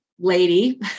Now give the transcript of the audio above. lady